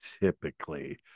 Typically